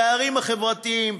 הפערים החברתיים.